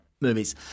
movies